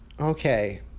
Okay